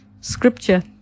Scripture